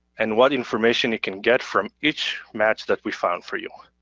and what information you can get from each match that we found for you.